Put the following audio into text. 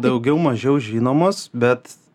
daugiau mažiau žinomos bet